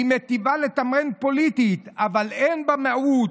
היא מיטיבה לתמרן פוליטית אבל אין בה מהות,